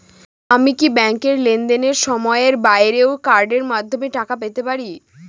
আমি কি ব্যাংকের লেনদেনের সময়ের বাইরেও কার্ডের মাধ্যমে টাকা পেতে পারি?